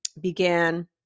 began